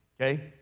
Okay